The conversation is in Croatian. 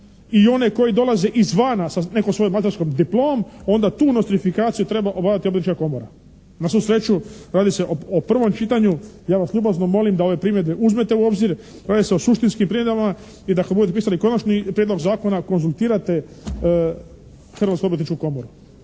i one koji dolaze izvana sa nekom svojom majstorskom diplomom onda tu nustrifikaciju treba obavljati Obrtnička komora. Na svu sreću radi se o prvom čitanju. Ja vas ljubazno molim da ove primjedbe uzmete u obzir, radi se o suštinskim …/Govornik se ne razumije./… i da kad budete pisali konačni prijedlog zakona konzultirate Hrvatsku odvjetničku komoru.